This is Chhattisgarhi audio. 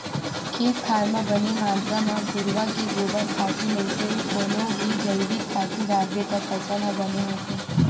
खेत खार म बने मातरा म घुरूवा के गोबर खातू नइते कोनो भी जइविक खातू डारबे त फसल ह बने होथे